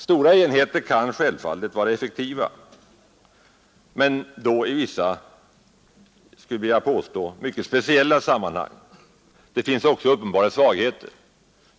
Stora enheter kan självfallet vara effektiva, men då endast i vissa, skulle jag vilja påstå, mycket speciella sammanhang. Det finns också svagheter förknippade med stora enheter.